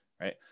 right